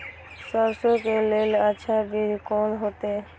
सरसों के लेल अच्छा बीज कोन होते?